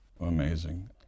Amazing